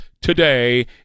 today